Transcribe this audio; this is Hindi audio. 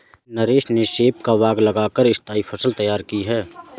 नरेश ने सेब का बाग लगा कर स्थाई फसल तैयार की है